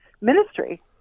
ministry